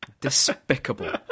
Despicable